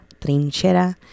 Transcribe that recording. Trinchera